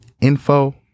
info